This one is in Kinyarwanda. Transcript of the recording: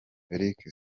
eric